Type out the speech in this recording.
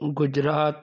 Gujarat